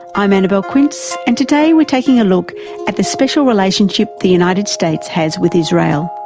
i'm annabelle quince and today we're taking a look at the special relationship the united states has with israel.